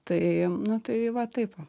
tai nu tai va taip va